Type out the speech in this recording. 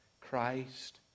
Christ